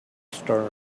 stern